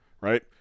right